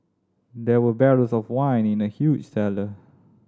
there were barrels of wine in the huge cellar